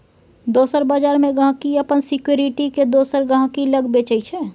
दोसर बजार मे गांहिकी अपन सिक्युरिटी केँ दोसर गहिंकी लग बेचय छै